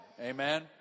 amen